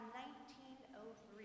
1903